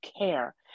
care